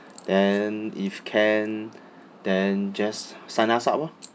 then if can then just sign us up lor